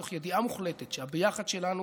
מתוך ידיעה מוחלטת שהביחד שלנו